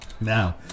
now